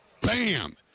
Bam